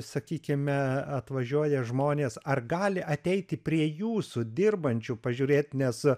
sakykime atvažiuoja žmonės ar gali ateiti prie jūsų dirbančių pažiūrėt nes